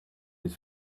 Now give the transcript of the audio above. les